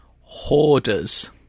Hoarders